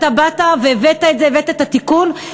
אתה באת והבאת את התיקון.